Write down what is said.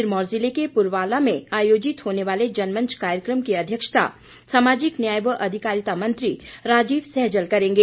सिरमौर जिले के पुरवाला में आयोजित होने वाले जनमंच कार्यक्रम की अध्यक्षता सामाजिक न्याय व अधिकारिता मंत्री राजीव सहजल करेंगे